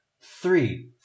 three